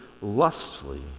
lustfully